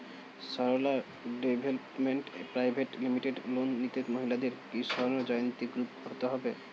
Sarala development private limited loan নিতে মহিলাদের কি স্বর্ণ জয়ন্তী গ্রুপে হতে হবে?